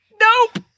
nope